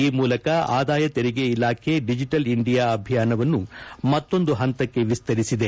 ಈ ಮೂಲಕ ಆದಾಯ ತೆರಿಗೆ ಇಲಾಖೆ ಡಿಜಿಟಲ್ ಇಂಡಿಯಾ ಅಭಿಯಾನವನ್ನು ಮತ್ತೊಂದು ಹಂತಕ್ಷೆ ವಿಸ್ತರಿಸಿದೆ